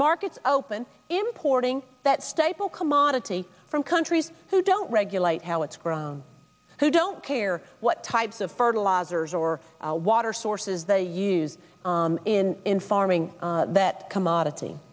markets open importing that staple commodity from countries who don't regulate how it's grown who don't care what types of fertilizers or water sources they use in farming that commodity